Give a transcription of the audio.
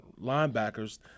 linebackers